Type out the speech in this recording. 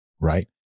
right